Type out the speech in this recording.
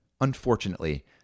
Unfortunately